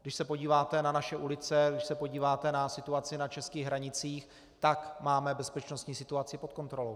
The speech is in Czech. Když se podíváte na naše ulice, když se podíváte na situaci na českých hranicích, tak máme bezpečnostní situaci pod kontrolou.